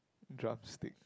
drumstick